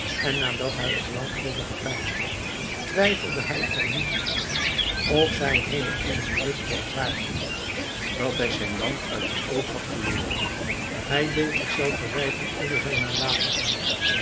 en nadat hij er lang over gepeinsd had twijfelde hij er niet meer aan of zijn heele ongeluk kwam daarvan dat hij zijn lamp uit het oog had verloren hij deed zich zelf verwijten over zijn nalatigheid